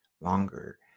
longer